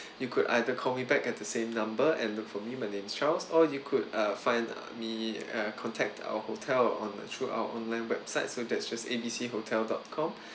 you could either call me back at the same number and look for me my name is charles or you could uh find me uh contact our hotel on through our online website so that's just A B C hotel dot com